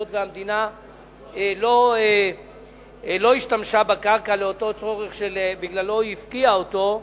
היות שהמדינה לא השתמשה בקרקע לאותו צורך שבגללו היא הפקיעה אותה,